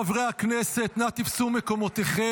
חברי הכנסת, נא תפסו את מקומותיכם.